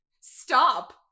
stop